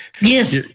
yes